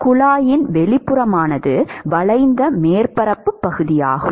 குழாயின் வெளிப்புறமானது வளைந்த மேற்பரப்பு பகுதியாகும்